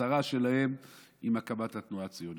זאת הצהרה שלהם עם הקמת התנועה הציונית.